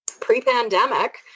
pre-pandemic